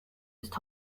ist